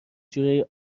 جورایی